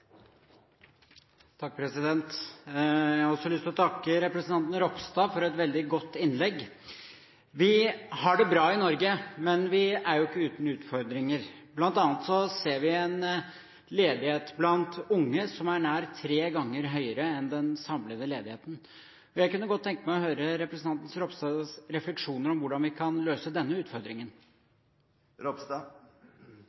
Jeg har lyst til å takke representanten Ropstad for et veldig godt innlegg. Vi har det bra i Norge, men vi er ikke uten utfordringer. Blant annet ser vi en ledighet blant unge som er nær tre ganger høyere enn den samlede ledigheten. Jeg kunne godt tenke meg å høre representanten Ropstads refleksjoner om hvordan vi kan løse denne utfordringen.